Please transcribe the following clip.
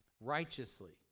righteously